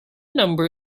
number